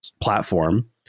platform